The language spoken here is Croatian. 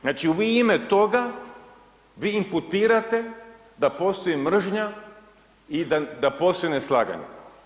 Znači, vi u ime toga, vi imputirate da postoji mržnja i da postoji neslaganje.